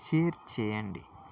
share చేయండి